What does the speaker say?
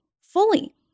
fully